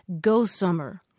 Go-Summer